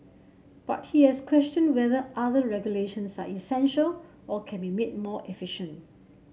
but he has questioned whether other regulations are essential or can be made more efficient